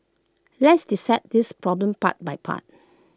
let's dissect this problem part by part